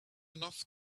enough